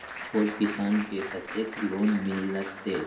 छोट किसान के कतेक लोन मिलते?